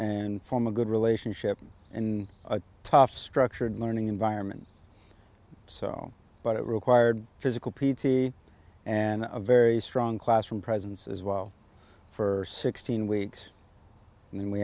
and from a good relationship in a tough structured learning environment but it required physical p t and a very strong classroom presence as well for sixteen weeks and then we